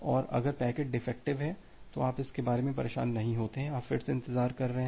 और अगर packet defective है तो आप इसके बारे में परेशान नहीं होते हैं आप फिर से इंतजार कर रहे हैं